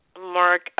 Mark